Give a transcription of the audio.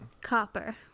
Copper